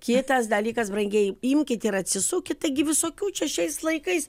kitas dalykas brangieji imkit ir atsisukit taigi visokių čia šiais laikais